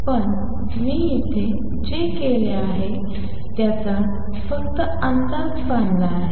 पण मी इथे जे केले आहे त्याचा फक्त अंदाज बांधला आहे